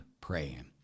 praying